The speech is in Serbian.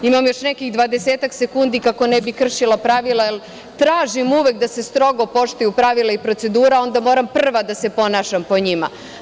Imam još nekih dvadesetak sekundi kako ne bi kršila pravila, jer tražim uvek da se strogo poštuju pravila i procedura, a onda moram prva da se ponašam po njima.